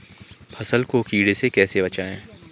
फसल को कीड़े से कैसे बचाएँ?